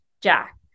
Jack